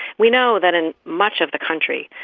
we know that in much of the country,